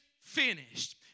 finished